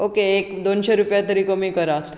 okay एक दोनशे रुपया तरी कमी करात